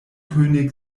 könig